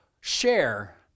share